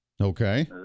Okay